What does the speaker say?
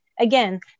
again